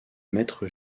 maître